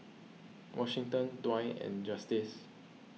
Washington Dwight and Justice